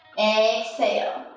exhale,